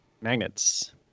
Magnets